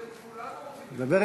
בוועדת העבודה והרווחה.